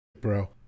bro